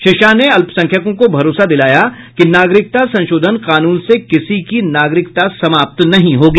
श्री शाह ने अल्पसंख्यकों को भरोसा दिलाया कि नागरिकता संशोधन कानून से किसी की नागरिकता समाप्त नहीं होगी